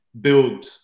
build